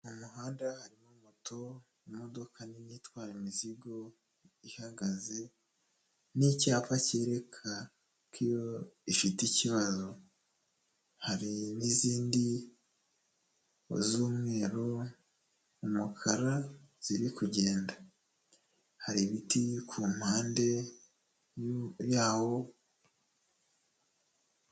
Mu muhanda harimo moto imodoka nini itwara imizigo ihagaze n'icyapa cyereka ko ifite ikibazo, hari n'izindi z'umweru, umukara ziri kugenda hari ibiti kumpande yawo.